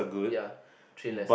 ya Thrillers